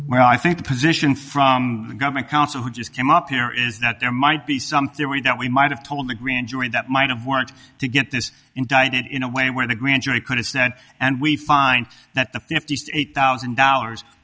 where i think the position from the government counsel who just came up here is that there might be some theory that we might have told the grand jury that might have worked to get this indicted in a way where the grand jury could stand and we find that the fifty eight thousand dollars